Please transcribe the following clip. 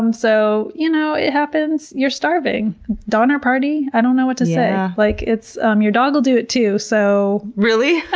um so you know, it happens. you're starving. donner party? i don't know what to say. like um your dog will do it too, so, really?